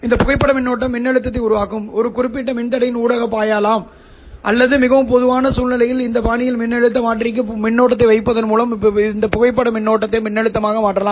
இந்த புகைப்பட மின்னோட்டம் மின்னழுத்தத்தை உருவாக்கும் ஒரு குறிப்பிட்ட மின்தடையின் ஊடாக பாயலாம் அல்லது மிகவும் பொதுவான சூழ்நிலையில் இந்த பாணியில் மின்னழுத்த மாற்றிக்கு மின்னோட்டத்தை வைப்பதன் மூலம் இந்த புகைப்பட மின்னோட்டத்தை மின்னழுத்தமாக மாற்றலாம்